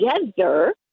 together